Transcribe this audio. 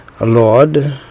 Lord